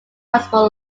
oxbow